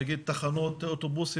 נאמר תחנות אוטובוס.